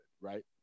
right